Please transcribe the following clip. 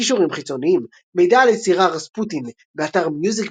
קישורים חיצוניים מידע על היצירה "Rasputin" באתר מיוזיק